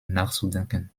nachzudenken